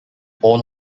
all